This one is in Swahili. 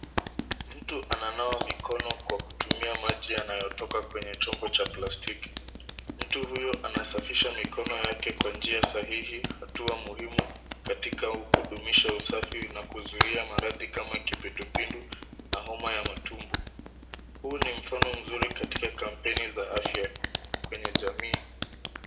Mtu ananawa mikono kwa kutumia maji yanayotoka kwenye chombo cha plastiki. Mtu huyo anasafisha mikono yake kwa njia sahihi, hatua muhimu katika kudumisha usafi na kuzuhia maradhi kama kipindupindu na homa ya matumbo. Huu ni mfano mzuri katika kampeni za afya kwenye jamii.